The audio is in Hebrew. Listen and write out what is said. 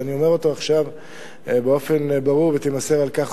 ואני אומר אותו עכשיו באופן ברור ותימסר על כך